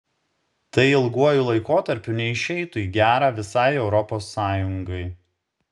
tai ilguoju laikotarpiu neišeitų į gera visai europos sąjungai